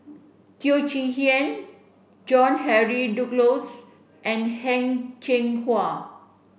Teo Chee Hean John Henry Duclos and Heng Cheng Hwa